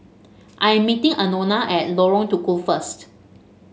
I am meeting Anona at Lorong Tukol first